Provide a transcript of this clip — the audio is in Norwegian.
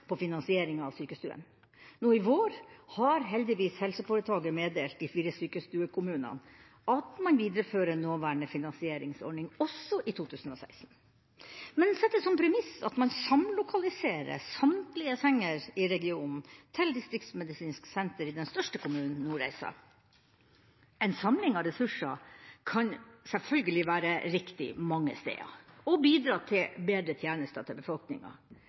ha finansiering over helseforetakets budsjett. Den bestillinga er ikke fulgt opp av nåværende regjering. Derfor er det nå et press på finansieringa av sykestuene. Nå i vår har heldigvis helseforetaket meddelt de fire sykestuekommunene at man viderefører nåværende finansieringsordning også i 2016, men setter som premiss at man samlokaliserer samtlige senger i regionen til Distriktsmedisinsk senter i den største kommunen, Nordreisa. En samling av ressurser kan selvfølgelig være riktig